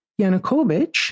Yanukovych